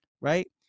Right